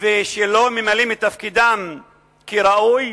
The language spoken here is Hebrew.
ולא ממלאים את תפקידם כראוי.